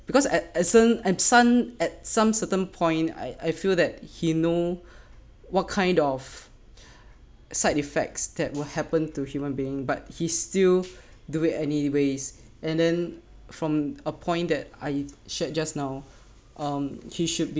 because at at sen~ at son at some certain point I I feel that he know what kind of side effects that will happen to human being but he's still do it anyways and then from a point that I shared just now um he should be